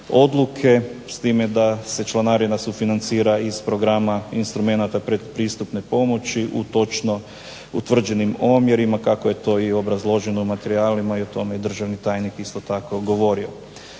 s time da se članarina sufinancira iz programa instrumenata pretpristupne pomoći u točno utvrđenim omjerima, kako je to i obrazloženo u materijalima i o tome je i državni tajnik isto tako govorio.